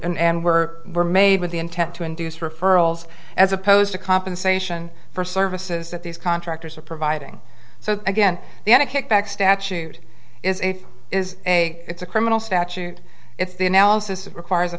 and and were were made with the intent to induce referrals as opposed to compensation for services that these contractors are providing so again the end of kickback statute is a is a it's a criminal statute it's the analysis requires a